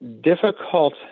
difficult